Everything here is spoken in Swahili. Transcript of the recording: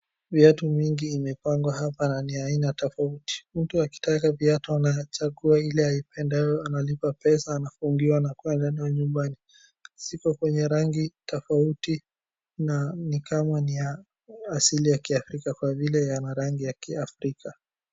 Viatu mingi zimepangwa hapa na ni za aina tofauti, mtu akitaka viatu anachagua ile aipendayo analipa pesa anafungiwa na kwenda nayo nyumbani. Ziko kwenye rangi tofauti na ni kama ni ya asili ya kiafrika kwa vile iko na rangi ya kiafrika.